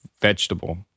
vegetable